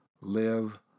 live